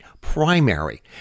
primary